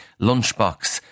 lunchbox